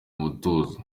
mutuzo